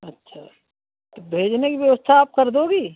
अच्छा भेजने की व्यवस्था आप कर दोगी